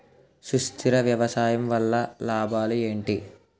సుస్థిర వ్యవసాయం వల్ల లాభాలు ఏంటి?